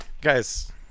guys